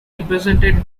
represented